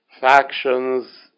Factions